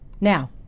Now